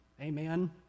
Amen